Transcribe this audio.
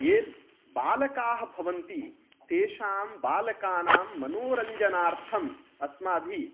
L बालकाः भवन्ति तेषां बालकानां मनोरञ्जनार्थम् अस्माभिः